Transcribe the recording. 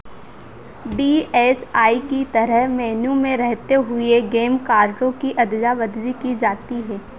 D S I की तरह menu में रहते हुए गेम कार्डों की अदला बदली की जाती है